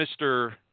Mr